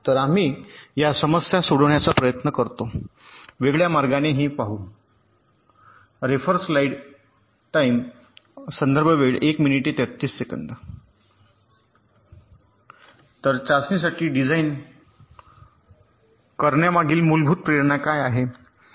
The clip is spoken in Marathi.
तर आम्ही या समस्या सोडवण्याचा प्रयत्न करतो वेगळ्या मार्गाने हे पाहू तर चाचणीसाठी डिझाइन करण्यामागील मूलभूत प्रेरणा काय आहे